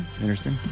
Interesting